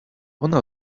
ona